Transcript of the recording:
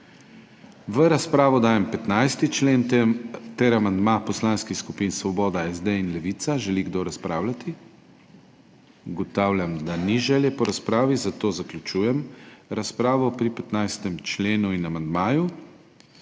V razpravo dajem 15. člen ter amandma poslanskih skupin Svoboda, SD in Levica. Želi kdo razpravljati? Ugotavljam, da ni želje po razpravi, zato zaključujem razpravo pri 15. členu in amandmaju.